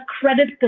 credit